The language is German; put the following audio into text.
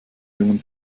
jungen